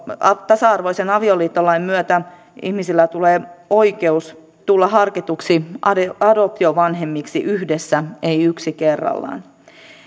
tasa arvoisen avioliittolain myötä ihmisille tulee oikeus tulla harkituiksi adoptiovanhemmiksi yhdessä ei yksi kerrallaan